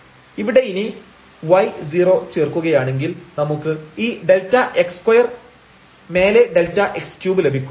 ഇവിടെ ഇനി y0 ചേർക്കുകയാണെങ്കിൽ നമുക്ക് ഈ Δx2 മേലെ Δx3 ലഭിക്കും